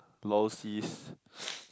lol sis